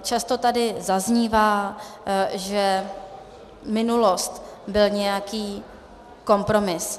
Často tady zaznívá, že minulost byl nějaký kompromis.